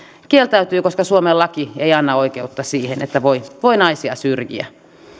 kieltäytyi koska suomen laki ei anna oikeutta siihen että voi naisia syrjiä